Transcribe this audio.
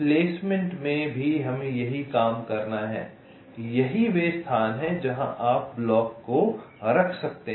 placement में भी हमें यही काम करना है यही वे स्थान हैं जहां आप ब्लॉक को रख सकते हैं